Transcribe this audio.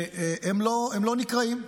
שהם לא נקראים.